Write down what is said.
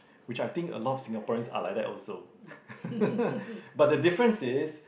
which I think a lot of Singaporeans are like that also but the difference is